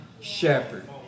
shepherd